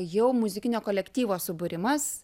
jau muzikinio kolektyvo subūrimas